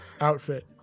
outfit